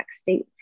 state